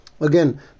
again